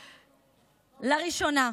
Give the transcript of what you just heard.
לראשונה.